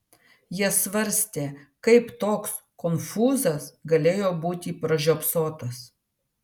jie svarstė kaip toks konfūzas galėjo būti pražiopsotas